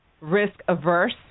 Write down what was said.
risk-averse